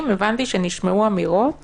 הבנתי שנשמעו אמירות